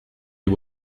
you